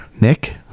Nick